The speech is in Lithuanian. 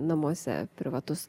namuose privatus